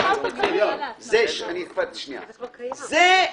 זה קיים.